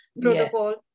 protocol